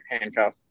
handcuff